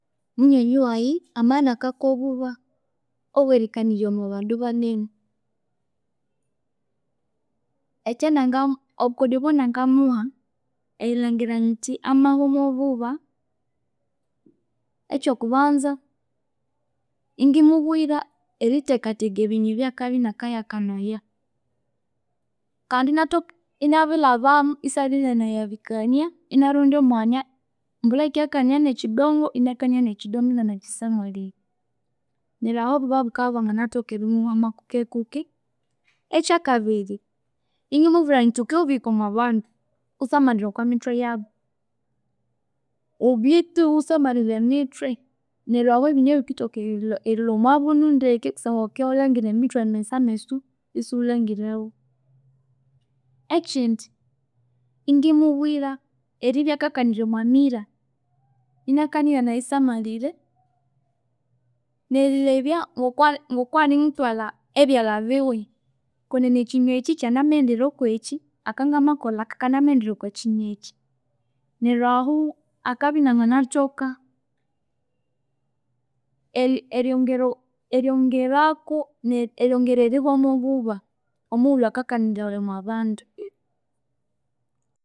Munyonyiwaye amabya inakakwa obuba obwerikanirya omwabandu banene, ekyananga obukodyo obwanaganamuha erilhangira nyithi amahwa mobuba ekyo kubanza ingimubwira erithekatheka ebinywe byakabya yinakayakanaya, kandi inathoka inabilhabamu isalhinanabikania, inarondya omwanya mbulha akiyakania nekidongo inakania nekidongo inanakyisamalhire neryo aho obuba bukabya yibwanganathoka erimuhwamu kukekuke. Ekyakabiri ingimubwira nyithi wukibya wabirihika omwa bandu wusamalhire okwe mithwe yabo wubyethu wusamalhire emithwe neryo aho ebinywe bikithoka erilhwa obwabunu ndeke kusangwa wukibya yiwusamalhire emithwe misa amesu isuwulhangirewu. Ekyindi ingimubwira eribya akakanirya omwemira inakania inanayisamalhire nerilhebya ngwa ngwakwa nimuthwalha ebyalha biwe, kwenene ekyinywe ekyikyanama ghendira kwekyi akangamakolha aka kanamayendera okwekinywa ekyi, neryo ahu akabya inanganathoka eyro ngero, eryongerako, ne- eryongere eriwamwabuba omuwulhu akakaniraya omwa bandu